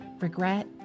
regret